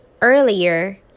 earlier